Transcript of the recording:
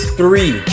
three